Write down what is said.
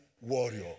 warrior